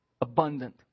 Abundant